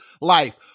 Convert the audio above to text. life